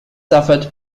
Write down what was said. suffered